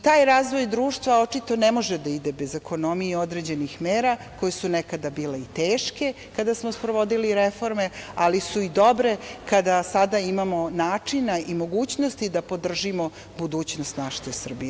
Taj razvoj društva očito ne može da ide bez ekonomije i određenih mera koje su nekada bile i teške kada smo sprovodili reforme, ali su i dobre kada sada imamo načina i mogućnosti da podržimo budućnost Srbije.